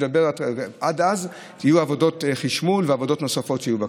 עד אז יהיו עבודות חשמול ועבודות נוספות בקו.